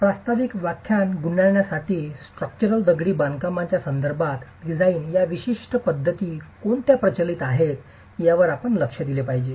प्रास्ताविक व्याख्यान गुंडाळण्यासाठी स्ट्रक्चरल दगडी बांधकामांच्या संदर्भात डिझाइन च्या विशिष्ट पद्धती कोणत्या प्रचलित आहेत यावर आपण लक्ष दिले पाहिजे